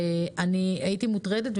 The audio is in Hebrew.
אני הייתי מוטרדת,